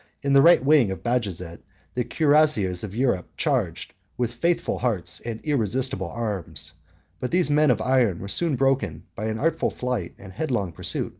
in the right wing of bajazet the cuirassiers of europe charged, with faithful hearts and irresistible arms but these men of iron were soon broken by an artful flight and headlong pursuit